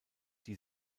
die